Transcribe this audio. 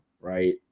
right